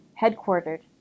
headquartered